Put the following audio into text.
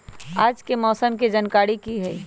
आज के मौसम के जानकारी कि हई?